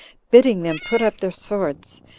bidding them put up their swords,